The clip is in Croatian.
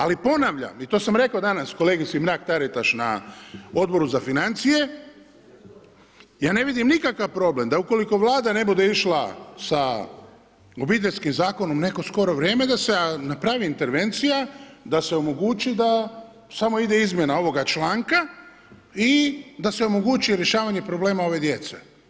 Ali ponavljam i to sam rekao danas kolegici Mrak-Taritaš na Odboru za financije, ja ne vidim nikakav problem da ukoliko Vlada ne bude išla sa Obiteljskim zakonom u neko skoro vrijeme, da se napravi intervencija da se omogući da samo ide izmjena ovoga članka i da se omogući rješavanje problema ove djece.